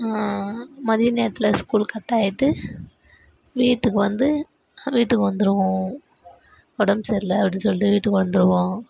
மதிய நேரத்தில் school cut ஆயிட்டு வீட்டுக்கு வந்து வீட்டுக்கு வந்துவிடுவோம் உடம்பு சரியில்லை அப்படின் சொல்லிட்டு வீட்டுக்கு வந்துவிடுவோம்